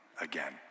again